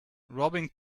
robbing